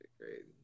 Crazy